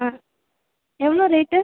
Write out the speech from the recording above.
ஆ எவ்வளோ ரேட்டு